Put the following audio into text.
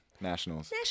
nationals